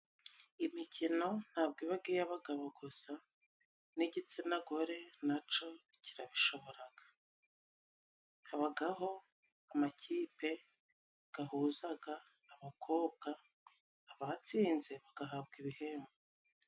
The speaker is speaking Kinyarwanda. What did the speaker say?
Imikino ntabwo ibaga iy'abagabo gusa n'igitsina gore naco kirabishoboraga, habagaho amakipe gahuzaga abakobwa abatsinze bagahabwa ibihembo.